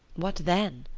what then?